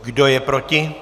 Kdo je proti?